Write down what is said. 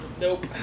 Nope